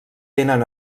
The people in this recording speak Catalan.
tenen